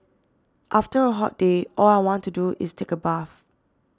after a hot day all I want to do is take a bath